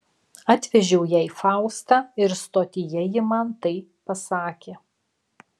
atvežiau jai faustą ir stotyje ji man tai pasakė